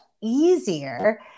easier